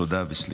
תודה וסליחה.